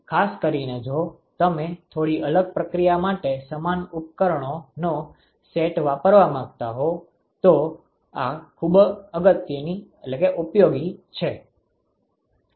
તેથી ખાસ કરીને જો તમે થોડી અલગ પ્રક્રિયા માટે સમાન ઉપકરણોનો સેટ વાપરવા માંગતા હોવ તો આ ખૂબ ઉપયોગી છે